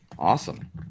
awesome